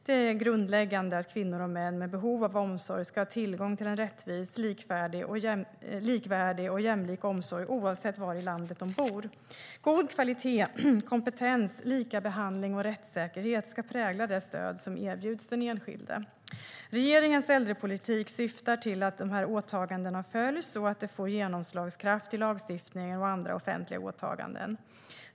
Det är grundläggande att kvinnor och män med behov av omsorg ska ha tillgång till en rättvis, likvärdig och jämlik omsorg oavsett var i landet de bor. God kvalitet, kompetens, likabehandling och rättssäkerhet ska prägla det stöd som erbjuds den enskilde. Regeringens äldrepolitik syftar till att dessa åtaganden följs och att det får genomslagskraft i lagstiftning och andra offentliga åtaganden.